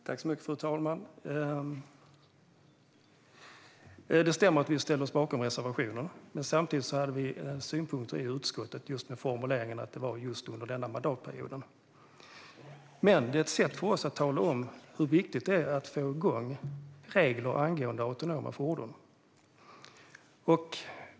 Fru talman! Det stämmer att vi ställer oss bakom reservationen. Men samtidigt hade vi synpunkter i utskottet just på formuleringen att det skulle vara under denna mandatperiod. Men detta är ett sätt för oss att tala om hur viktigt det är att få igång regler angående autonoma fordon.